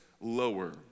lower